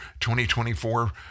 2024